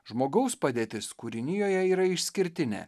žmogaus padėtis kūrinijoje yra išskirtinė